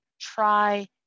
Try